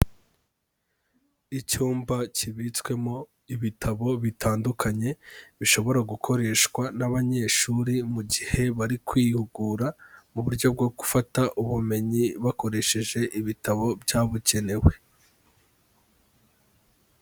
Icyumba kibitswemo ibitabo bitandukanye, bishobora gukoreshwa n'abanyeshuri mu gihe bari kwihugura, mu buryo bwo gufata ubumenyi bakoresheje ibitabo byabugenewe.